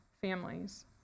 families